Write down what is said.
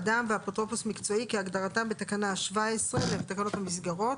"אדם" ו"אפוטרופוס מקצועי" כהגדרתם בתקנה 17 לתקנות המסגרות.